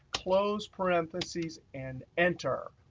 close parentheses, and enter,